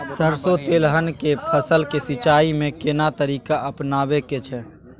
सरसो तेलहनक फसल के सिंचाई में केना तरीका अपनाबे के छै?